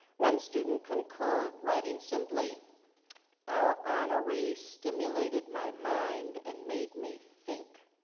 one student concurred, writing simply our honoree stimulated my mind and made me think.